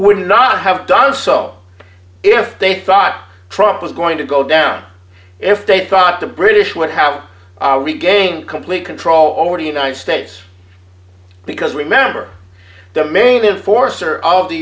would not have done so if they thought trump was going to go down if they thought the british would have regained complete control over the united states because remember the main force or all